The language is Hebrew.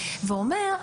ואומר,